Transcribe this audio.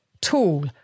tall